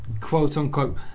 quote-unquote